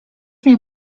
mnie